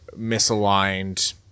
misaligned